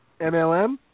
MLM